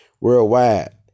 worldwide